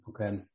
okay